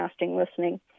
listening